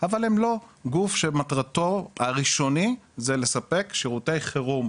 אבל הם לא גוף שמטרתו הראשוני זה לספק שירותי חרום,